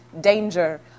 danger